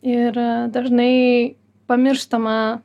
ir dažnai pamirštama